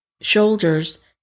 shoulders